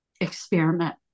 experiment